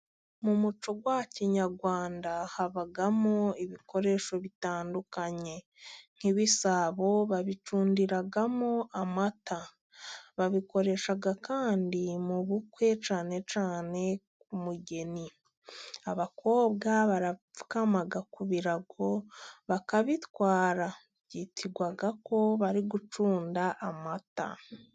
Mu muco wa kinyarwanda habamo ibikoresho bitandukanye; nk'ibisabo babicundimo amata, babikoresha kandi mu bukwe cyane cyane ku mugeni, abakobwa barapfukama ku birago bakabitwara, byitwa ko bari gucunda amata.